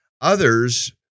others